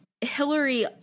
hillary